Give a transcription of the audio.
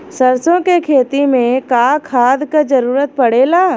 सरसो के खेती में का खाद क जरूरत पड़ेला?